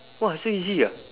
!wah! so easy ah